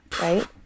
Right